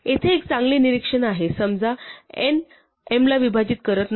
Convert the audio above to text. येथे एक चांगले निरीक्षण आहे समजा n m ला विभाजित करत नाही